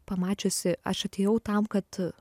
pamačiusi aš atėjau tam kad